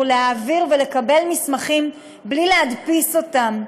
להעביר ולקבל מסמכים בלי להדפיס אותם,